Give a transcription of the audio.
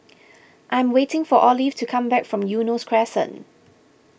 I am waiting for Olive to come back from Eunos Crescent